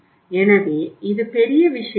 எனவே இது பெரிய விஷயமல்ல